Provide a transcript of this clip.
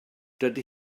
dydy